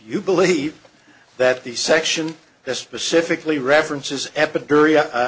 you believe that the section that specifically references